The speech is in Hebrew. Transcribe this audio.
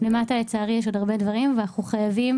לצערי יש עוד הרבה דברים ואנחנו חייבים